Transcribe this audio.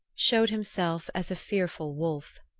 showed himself as a fearful wolf.